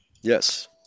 yes